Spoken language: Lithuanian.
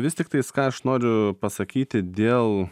vis tiktais ką aš noriu pasakyti dėl